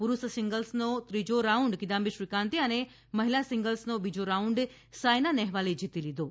પુરૂષ સિંગલ્સનો ત્રીજો રાઉન્ડ કિદમ્બી શ્રીકાંતે અને મહિલા સિંગલ્સનો બીજો રાઉન્ડ સાઇના નેહવાલે જીતી લીધો છે